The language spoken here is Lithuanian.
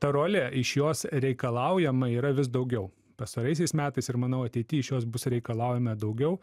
ta rolė iš jos reikalaujama yra vis daugiau pastaraisiais metais ir manau ateity iš jos bus reikalaujama daugiau